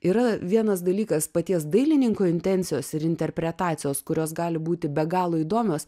yra vienas dalykas paties dailininko intencijos ir interpretacijos kurios gali būti be galo įdomios